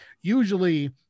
Usually